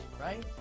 Right